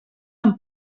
amb